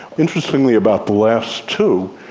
interestingly, about the last two,